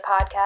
podcast